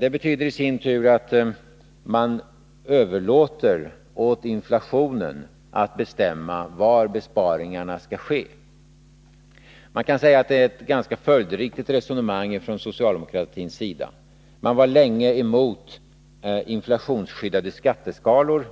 Det betyder i sin tur att man överlåter åt inflationen att bestämma var besparingarna skall ske. Man kan säga att detta är ett följdriktigt resonemang från socialdemokratins sida. Socialdemokraterna var länge emot inflationsskyddade skatteskalor